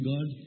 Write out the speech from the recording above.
God